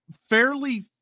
fairly